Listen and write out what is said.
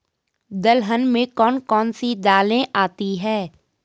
दलहन में कौन कौन सी दालें आती हैं?